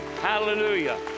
Hallelujah